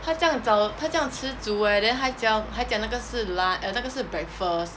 他这样早他这样迟煮 eh then 还讲还讲那个是 lun~ uh 那个是 breakfast